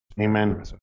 Amen